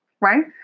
right